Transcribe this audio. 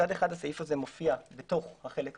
מצד אחד, הסעיף הזה מופיע בתוך החלק הזה.